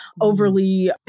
overly